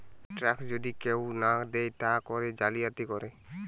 tax যদি কেহু না দেয় তা করে জালিয়াতি করে